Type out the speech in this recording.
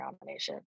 nomination